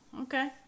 Okay